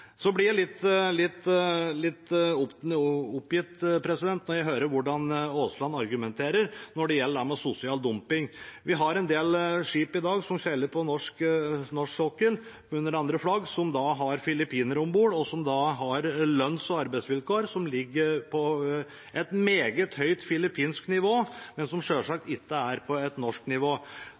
blir litt oppgitt når jeg hører hvordan representanten Aasland argumenterer når det gjelder sosial dumping. Vi har en del skip i dag som seiler på norsk sokkel under andre flagg, som har filippinere om bord, som har lønns- og arbeidsvilkår som ligger på et meget høyt filippinsk nivå, men som selvsagt ikke er på et norsk nivå.